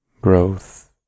growth